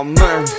man